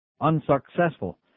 Unsuccessful